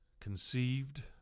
conceived